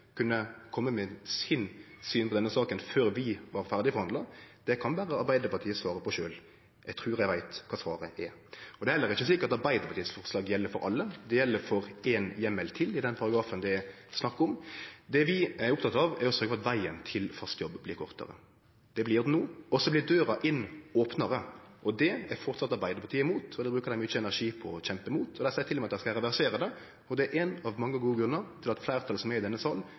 kunne kome med sitt syn på denne saka før vi var ferdigforhandla, kan berre Arbeidarpartiet svare på sjølv. Eg trur eg veit kva svaret er. Det er heller ikkje sikkert at Arbeidarpartiet sitt forslag gjeld for alle. Det gjeld for ein heimel til i den paragrafen det er snakk om. Det vi er opptekne av, er å sørgje for at vegen til fast jobb blir kortare. Det blir gjort no, og så blir døra inn opnare. Det er framleis Arbeidarpartiet imot, og det brukar dei mykje energi på å kjempe mot. Dei seier til og med at dei skal reversere det, og det er ein av mange gode grunnar til at fleirtalet som er i denne